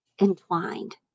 entwined